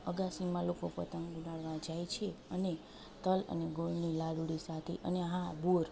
અગાશીમાં લોકો પતંગ ઉડાડવા જાય છે અને તલ અને ગોળની લાડુળી સાથે અને હા બોર